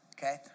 Okay